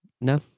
no